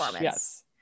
yes